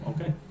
okay